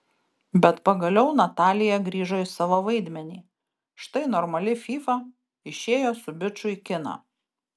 bet pagaliau natalija grįžo į savo vaidmenį štai normali fyfa išėjo su biču į kiną